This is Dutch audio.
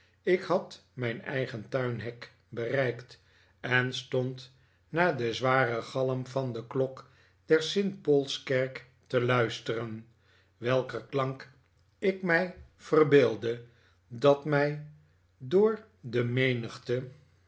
ik had mijn eigen tuinhek bereikt en stond naar den zwaren galm van de klok der st paulskerk te luisteren welker klank ik mij verbeeldde dat mij door de menigte